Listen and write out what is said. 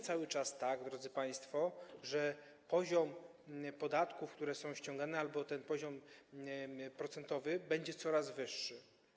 Cały czas, drodzy państwo, poziom podatków, które są ściągane, albo ten poziom procentowy nie będzie coraz wyższy.